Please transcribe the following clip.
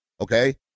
okay